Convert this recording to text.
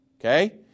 Okay